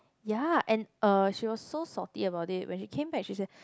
ya and uh she was so salty about it when she come back she said